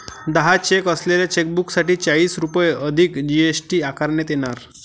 दहा चेक असलेल्या चेकबुकसाठी चाळीस रुपये अधिक जी.एस.टी आकारण्यात येणार